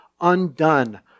undone